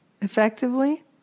effectively